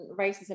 racism